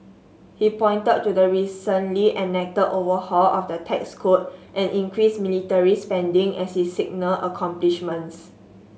he pointed to the recently enacted overhaul of the tax code and increased military spending as his signal accomplishments